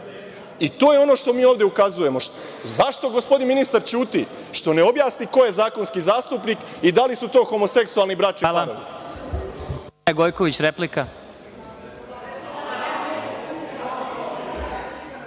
To je ono što mi ovde ukazujemo.Zašto gospodin ministar ćuti? Što ne objasni ko je zakonski zastupnik i da li su to homoseksualni bračni parovi?